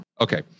Okay